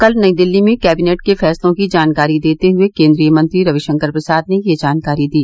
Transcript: कल नई दिल्ली में कैंबिनेट के फैसलों की जानकारी देते हुए केंद्रीय मंत्री रविशंकर प्रसाद ने यह जानकारी दी